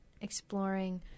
exploring